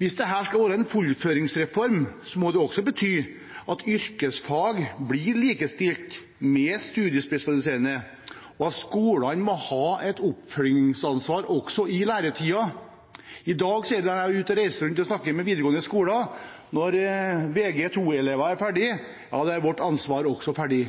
Hvis dette skal være en fullføringsreform, må det bety at yrkesfag blir likestilt med studiespesialisering, og at skolene må ha et oppfølgingsansvar også i læretiden. I dag når jeg er ute og reiser og snakker med videregående skoler, sier de: Når vg2-elever er ferdige, er vårt ansvar også ferdig.